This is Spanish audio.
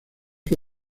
que